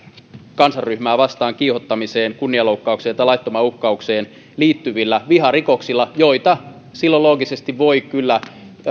kansanryhmää vastaan kiihottamiseen kunnianloukkaukseen tai laittomaan uhkaukseen liittyvillä viharikoksilla joita silloin loogisesti voi kyllä